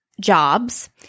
jobs